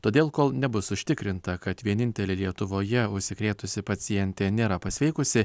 todėl kol nebus užtikrinta kad vienintelė lietuvoje užsikrėtusi pacientė nėra pasveikusi